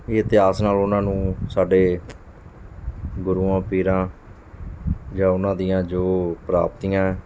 ਇਹ ਇਤਿਹਾਸ ਨਾਲ ਉਨ੍ਹਾਂ ਨੂੰ ਸਾਡੇ ਗੁਰੂਆਂ ਪੀਰਾਂ ਜਾਂ ਉਨ੍ਹਾਂ ਦੀਆਂ ਜੋ ਪ੍ਰਾਪਤੀਆਂ